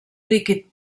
líquid